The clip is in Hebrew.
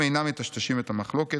הם אינם מטשטשים את המחלוקת,